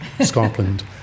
Scotland